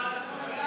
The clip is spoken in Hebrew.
מנותקים.